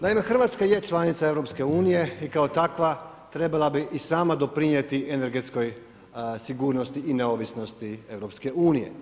Naime, RH je članica EU i kao takva trebala bi i sama doprinijeti energetskoj sigurnosti i neovisnosti EU.